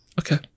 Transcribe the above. Okay